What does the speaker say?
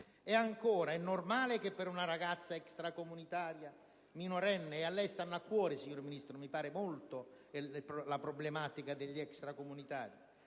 E ancora: è normale che per una ragazza extracomunitaria minorenne - e a lei sta molto a cuore, signor Ministro, la problematica degli extracomunitari